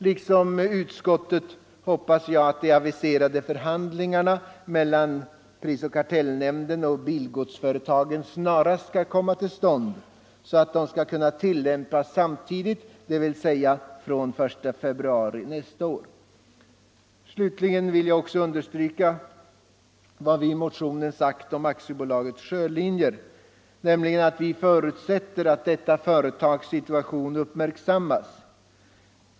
Liksom utskottet hoppas jag att de aviserade förhandlingarna mellan prisoch kartellnämnden och bilgodsföretagen snarast skall komma till stånd, så att det eftersträvade taxesystemet i dess helhet skall kunna tillämpas fr.o.m. den 1 februari nästa år. Slutligen vill jag också betona vad vi i motionen sagt om AB Sjölinjer, nämligen att vi förutsätter att detta företags situation uppmärksammas.